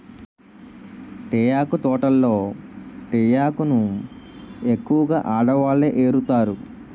తేయాకు తోటల్లో తేయాకును ఎక్కువగా ఆడవాళ్ళే ఏరుతారు